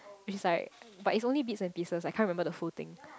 it's like but it only bites a disses I can't remember the full thing